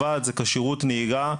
המרב"ד זה כשירויות נהיגה,